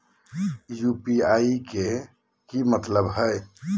UPI के का मतलब हई?